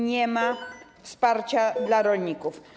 Nie ma wsparcia dla rolników.